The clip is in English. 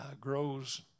grows